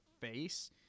face